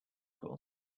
course